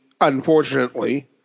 unfortunately